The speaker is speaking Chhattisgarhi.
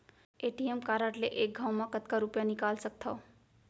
ए.टी.एम कारड ले एक घव म कतका रुपिया निकाल सकथव?